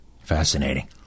Fascinating